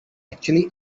actually